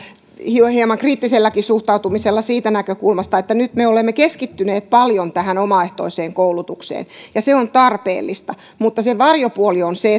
hieman hieman kriittiselläkin suhtautumisella siitä näkökulmasta että nyt me olemme keskittyneet paljon omaehtoiseen koulutukseen ja se on tarpeellista mutta sen varjopuoli on se